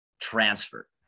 transfer